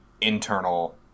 internal